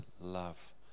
love